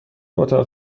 اتاق